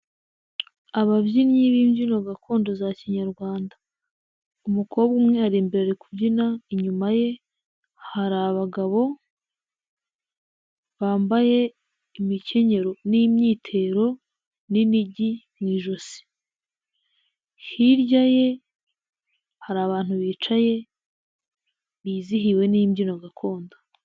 ababyinnyi b'imbyino gakondo za kinyarwanda, umukobwa umwe ari imbere ari kubyina, inyuma ye hari abagabo bambaye imikenyero n'imyitero n'imiigi mu ijosi, hirya ye hari abantu bicaye, bizihiwe n'imbyino gakondo.